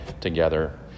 together